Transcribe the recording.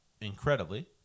incredibly